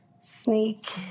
sneak